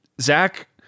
Zach